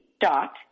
dot